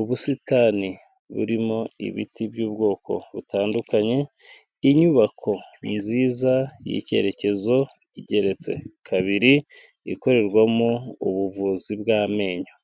ubusitani burimo ibiti by'ubwoko butandukanye, inyubako nziza y'icyerekezo igeretse kabiri ikorerwamo ubuvuzi bw'amenyo.